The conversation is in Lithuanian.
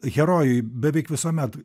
herojai beveik visuomet